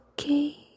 Okay